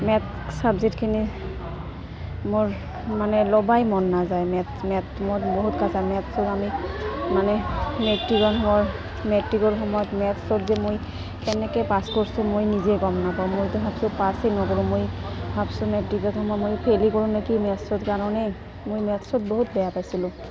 maths ছাবজেক্টখিনি মোৰ মানে ল'বাই মন নাযায় মেথ্ছ মেথ্ছ মই বহুত কাঁচা মেথ্ছত আমি মানে মেট্ৰিকৰ সময় মেট্ৰিকৰ সময়ত মেথ্ছত যে মই কেনেকৈ পাছ কৰছোঁ মই নিজে গম নাপাওঁ মই তো ভাবছোঁ পাছেই নকৰোঁ মই ভাবছোঁ মেট্ৰিকত সময়ত মই ফেইলেই কৰোঁ নেকি মেথ্ছত কাৰণেই মই মেথ্ছত বহুত বেয়া পাইছিলোঁ